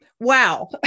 Wow